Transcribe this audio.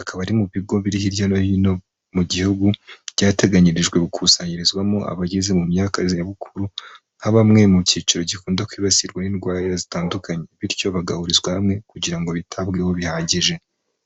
akaba ari mu bigo biri hirya no hino mu gihugu byateganyirijwe gukusanyirizwamo abageze mu myaka y'iza bukuru nka bamwe mu cyiciro gikunda kwibasirwa n'indwara zitandukanye bityo bagahurizwa hamwe kugira ngo bitabweho bihagije.